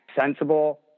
sensible